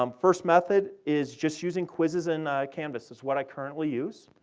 um first method is just using quizzes and canvas, is what i currently use.